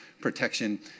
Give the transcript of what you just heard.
protection